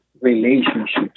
relationships